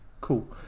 cool